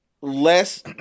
less